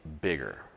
bigger